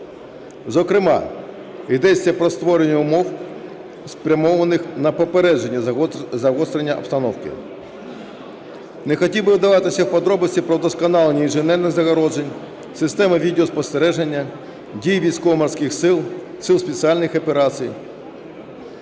Зокрема, йдеться про створення умов, спрямованих на попередження загострення обстановки. Не хотів би вдаватися в подробиці про вдосконалення інженерних загороджень, системи відеоспостереження, дій Військово-Морських Сил, Сил спеціальних операцій.